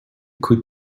could